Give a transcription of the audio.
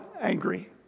angry